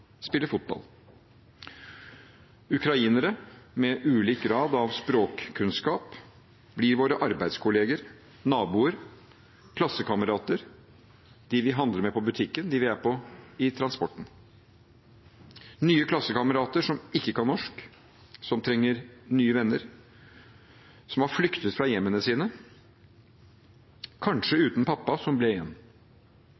spille fotball. Ukrainere med ulik grad av språkkunnskap blir våre arbeidskolleger, naboer, klassekamerater, dem vi handler med på butikken, dem vi er med i transporten. Det blir nye klassekamerater som ikke kan norsk, som trenger nye venner, som har flyktet fra hjemmene sine – kanskje